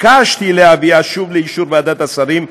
ביקשתי להביאה שוב לאישור ועדת השרים,